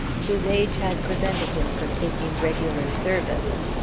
whose age had prevented him from taking regular service.